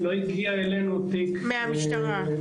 לא הגיע אלינו תיק מהמשטרה,